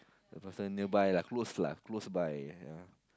the person nearby lah close lah close by ya